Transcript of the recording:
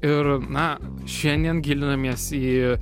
ir na šiandien gilinamės į